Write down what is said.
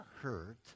hurt